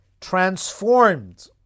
transformed